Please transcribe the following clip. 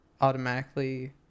automatically